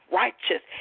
righteous